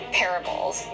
parables